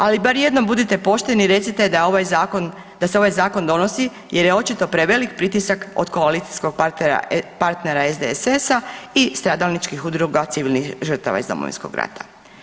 Ali bar jednom budite pošteni i recite da je ovaj zakon, da se ovaj zakon donosi jer je očito prevelik pritisak od koalicijskog partnera SDSS-a i stradalničkih udruga civilnih žrtava iz Domovinskog rata.